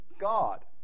God